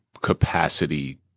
capacity